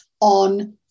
on